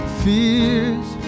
fears